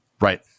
Right